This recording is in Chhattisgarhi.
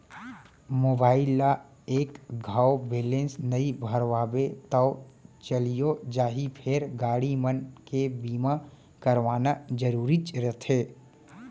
मोबाइल ल एक घौं बैलेंस नइ भरवाबे तौ चलियो जाही फेर गाड़ी मन के बीमा करवाना जरूरीच रथे